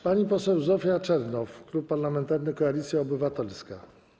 Pani poseł Zofia Czernow, Klub Parlamentarny Koalicja Obywatelska.